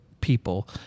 people—